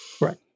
Right